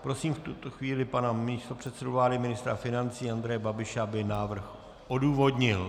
Prosím v tuto chvíli pana místopředsedu vlády a ministra financí Andreje Babiše, aby návrh odůvodnil.